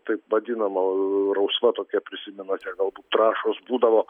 taip vadinamo rausva tokia prisimenate gal trąšos būdavo